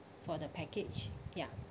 for the package ya